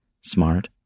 smart